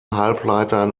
halbleitern